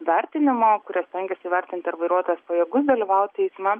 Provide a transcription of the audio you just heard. vertinimu kurie stengiasi įvertinti ar vairuotojas pajėgus dalyvauti eisme